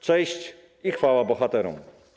Cześć i chwała bohaterom!